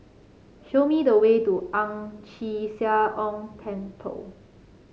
show me the way to Ang Chee Sia Ong Temple